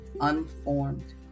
unformed